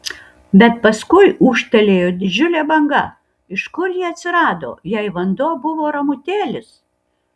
bet paskui ūžtelėjo didžiulė banga iš kur ji atsirado jei vanduo buvo ramutėlis